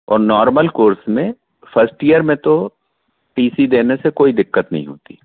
और normal course में first year में तो टी सी देने से कोई दिक्कत नहीं होती